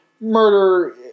murder